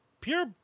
Pure